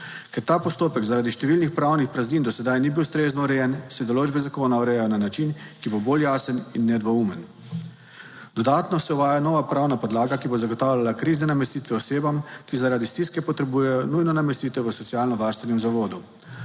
Ker ta postopek zaradi številnih pravnih praznin do sedaj ni bil ustrezno urejen, se določbe zakona urejajo na način, ki bo bolj jasen in nedvoumen. Dodatno se uvaja nova pravna podlaga, ki bo zagotavljala krizne namestitve osebam, ki zaradi stiske potrebujejo nujno namestitev v socialno varstvenem zavodu.